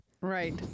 Right